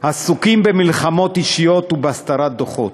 עסוקים במלחמות אישיות ובהסתרת דוחות.